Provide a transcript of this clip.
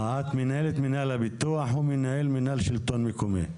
הוא התגלה כחיובי לקורונה.